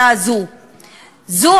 רוצה.